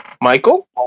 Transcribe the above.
Michael